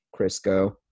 Crisco